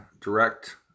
direct